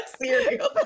cereal